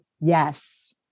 yes